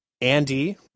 Andy